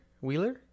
Wheeler